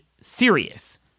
serious